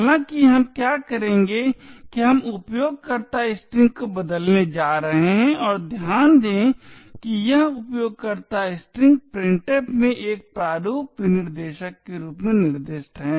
हालांकि हम क्या करेंगे कि हम उपयोगकर्ता स्ट्रिंग को बदलने जा रहे हैं और ध्यान दें कि यह उपयोगकर्ता स्ट्रिंग printf में एक प्रारूप विनिर्देशक के रूप में निर्दिष्ट है